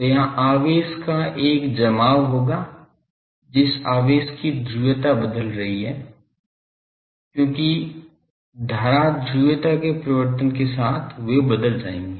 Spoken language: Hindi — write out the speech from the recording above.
तो यहाँ आवेश का एक जमाव होगा जिस आवेश की ध्रुवीयता बदल रही है क्योंकि धारा ध्रुवीयता के परिवर्तन के साथ वे बदल जाएंगे